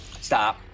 Stop